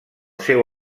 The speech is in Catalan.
seu